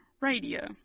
radio